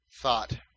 thought